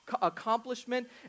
accomplishment